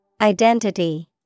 Identity